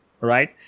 right